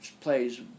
plays